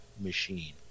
Machine